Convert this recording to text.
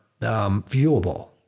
viewable